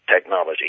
technology